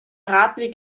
radweg